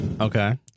okay